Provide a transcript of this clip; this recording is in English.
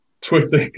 Twitter